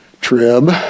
trib